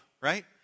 right